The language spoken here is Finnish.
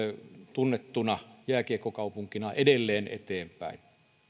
tunnettuna jääkiekkokaupunkina edelleen eteenpäin